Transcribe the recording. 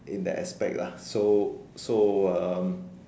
in that aspect lah so so um